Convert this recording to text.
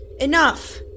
Enough